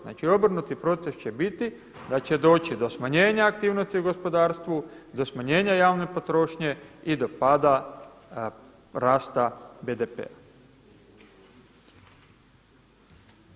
Znači obrnuti proces će biti da će doći do smanjenja aktivnosti u gospodarstvu, do smanjenja javne potrošnje i do pada rasta BDP-a.